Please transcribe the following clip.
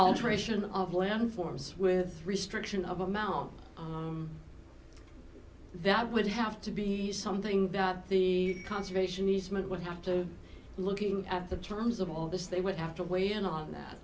alteration of land forms with restriction of amount that would have to be something that the conservation easement would have to looking at the terms of all of this they would have to weigh in on that